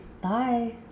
Bye